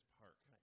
park